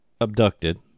abducted